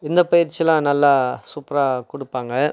இந்த பயிற்சி எல்லாம் நல்லா சூப்பராக கொடுப்பாங்க